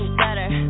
better